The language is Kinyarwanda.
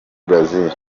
brazil